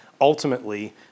ultimately